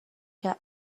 کرد